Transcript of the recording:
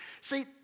See